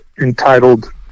entitled